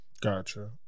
Gotcha